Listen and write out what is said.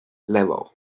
level